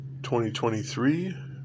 2023